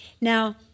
Now